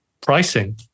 pricing